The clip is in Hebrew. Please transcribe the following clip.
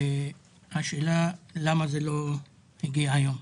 והשאלה למה זה לא הגיע היום.